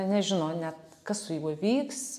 nežino net kas su juo vyks